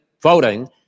voting